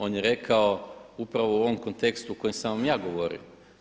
On je rekao upravo u ovom kontekstu u kojem sam vam ja govorio.